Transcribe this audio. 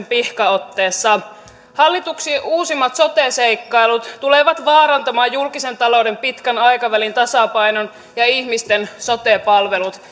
pihkaotteessa hallituksen uusimmat sote seikkailut tulevat vaarantamaan julkisen talouden pitkän aikavälin tasapainon ja ihmisten sote palvelut